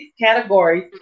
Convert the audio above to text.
categories